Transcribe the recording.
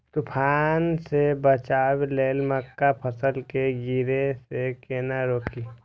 तुफान से बचाव लेल मक्का फसल के गिरे से केना रोकी?